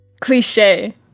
cliche